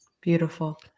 Beautiful